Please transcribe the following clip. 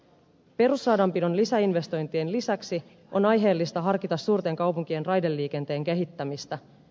perusradanpidon lisäinvestointien lisäksi on aiheellista harkita suurten kaupunkien raideliikenteen kehittämistä